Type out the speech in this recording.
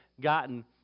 gotten